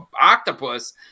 octopus